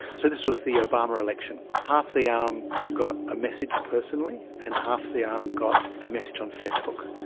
so this was the obama election. half the arm got a message personally and half the arm got a message on facebook,